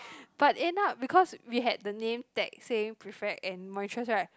but end up because we had the name tag saying prefect and monitress right